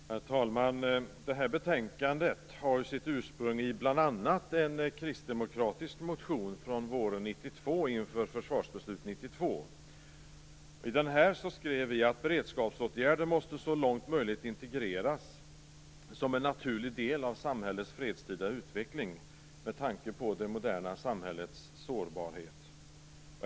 Herr talman! Detta betänkande har sitt ursprung bl.a. i en kristdemokratisk motion från våren 1992 inför 1992 års försvarsbeslut. I den anförde vi: "beredskapsåtgärderna måste så långt möjligt integreras som en naturlig del av samhällets fredstida utveckling" med tanke på det moderna samhällets sårbarhet.